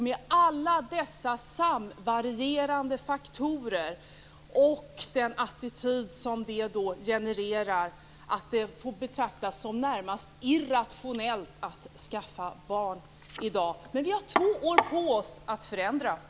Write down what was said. Med alla dessa samverkande faktorer och den attityd som genereras, får det betraktas som i det närmaste irrationellt att skaffa barn. Vi har två år på oss att förändra detta.